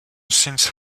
since